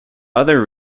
other